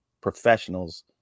professionals